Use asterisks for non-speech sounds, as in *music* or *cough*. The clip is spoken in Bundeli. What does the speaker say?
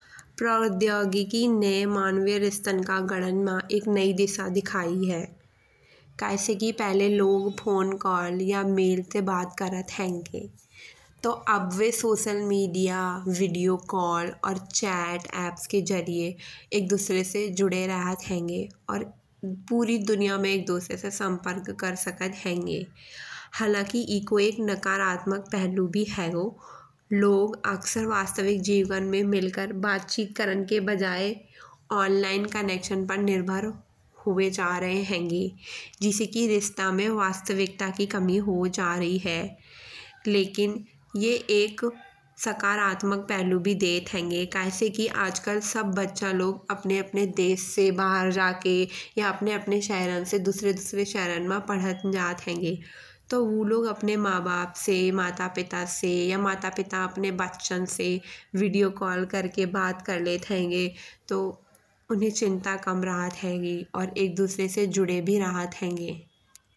प्रौद्योगिकी ने मानविय स्तर के *unintelligible* मा एक नई दिशा दिखाई है। कय से कि पहिले लोग फोन कॉल्स या मेल ते बात करत हेन्गे। तो अब बे सोशल मीडिया वीडियो कॉल और चैट ऐप्स के जरिये एक दुसरे से जुड़े रहत हेन्गे। और पूरी दुनिया में एक दुसरे से संपर्क कर सकत हेन्गे। हालाकि एको एक नकारात्मक पहलु भी हेगो। लोग अक्सर वास्तविक जीवन में मिल कर बात चीत करन के बजाय ऑनलाइन कनेक्शन पर निर्भर हुए जा रहे हेन्गे। जिसे कि रिश्ता में वास्तविकता की कमी हो जा रही है। लेकिन ये एक सकारात्मक पहलु भी देत हेन्गे। कय से कि आजकल सब बच्चा लोग अपने अपने देश से बाहर जाके या अपने अपने शहरन से दुसरे दुसरे शहरन मा पहुँच जात हेगे। तो ऊ लोग अपने माँ-बाप से माता-पिता से या माता-पिता अपने बच्चन से वीडियो कॉल करके बात कर लेत हेन्गे। तो उन्हें चिंता कम रहत हेगी और एक दुसरे से जुड़े भी रहत हेन्गे।